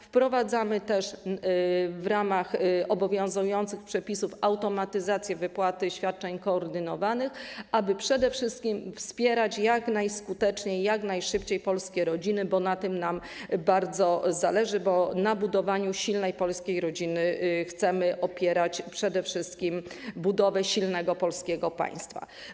Wprowadzamy też w ramach obowiązujących przepisów automatyzację wypłaty świadczeń koordynowanych, aby przede wszystkim wspierać jak najskuteczniej, jak najszybciej polskie rodziny, bo na tym nam bardzo zależy, bo na budowaniu silnej polskiej rodziny chcemy opierać przede wszystkim budowę silnego polskiego państwa.